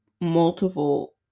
multiple